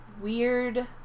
weird